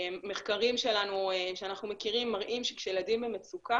מחקרים שלנו שאנחנו מכירים מראים שכשילדים במצוקה